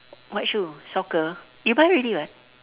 what shoe soccer you buy already [what]